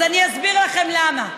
אז אני אסביר לכם למה.